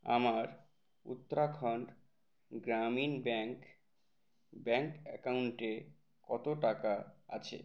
আমার Uttarakhand Gramin bank bank অ্যাকাউন্টে কতো টাকা আছে